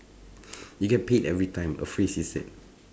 you get paid every time a phrase is said